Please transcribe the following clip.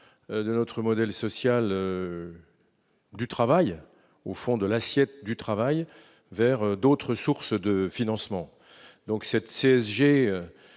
de notre modèle social du travail au fond de l'assiette du travail vers d'autres sources de financement donc cette CSG